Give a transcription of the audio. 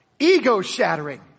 Ego-shattering